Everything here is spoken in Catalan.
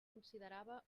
considerava